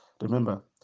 Remember